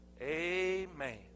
Amen